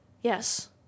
yes